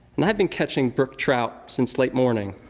and i have been catching brook trout since late morning,